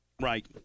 Right